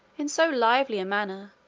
in so lively a manner,